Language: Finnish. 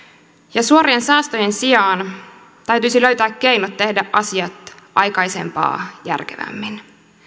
ja suorien säästöjen sijaan täytyisi löytää keinot tehdä asiat aikaisempaa järkevämmin